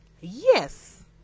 Yes